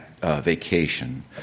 vacation